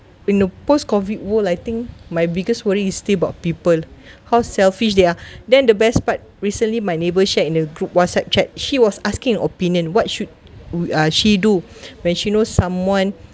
in the post-COVID world I think my biggest worry is still about people how selfish they are then the best part recently my neighbour share in a group WhatsApp chat she was asking opinion what should uh she do when she knows someone